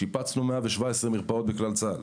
שיפצנו 117 מרפאות בכלל צה"ל.